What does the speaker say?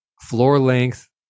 floor-length